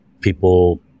people